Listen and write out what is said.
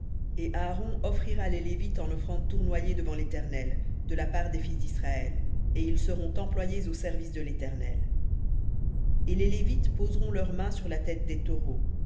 et aaron offrira les lévites en offrande tournoyée devant l'éternel de la part des fils d'israël et ils seront employés au service de léternel et les lévites poseront leurs mains sur la tête des taureaux